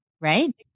Right